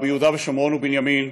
ביהודה ושומרון ובנימין,